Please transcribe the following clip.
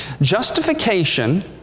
Justification